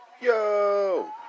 Yo